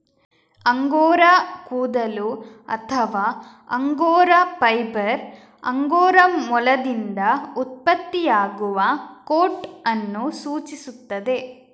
angora ಕೂದಲು ಅಥವಾ angora fibre angora ಮೊಲದಿಂದ ಉತ್ಪತ್ತಿಯಾಗುವ ಕೋಟ್ ಅನ್ನು ಸೂಚಿಸುತ್ತದೆ